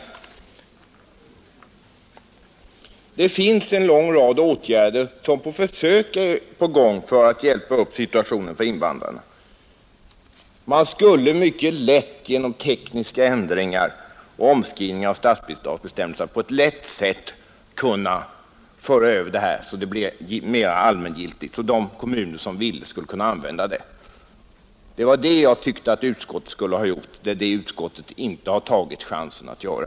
På försök vidtas nu en lång rad åtgärder för att hjälpa upp situationen för invandrarna. Genom tekniska ändringar och omskrivningar av statsbidragsbestämmelserna skulle man lätt kunna göra dessa mera allmängiltiga så att de kommuner som så önskar skulle kunna begagna sig av dem. Det är vad jag tycker att utskottet borde ha gjort men som utskottet inte har tagit chansen att göra.